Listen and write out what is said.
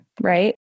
right